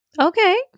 okay